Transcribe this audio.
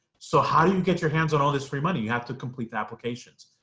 so how do you get your hands on all this free money? you have to complete the applications.